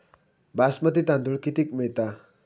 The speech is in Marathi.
बासमती तांदूळ कितीक मिळता?